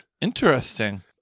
Interesting